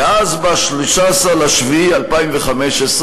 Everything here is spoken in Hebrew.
ואז ב-13 ביולי 2015,